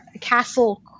Castle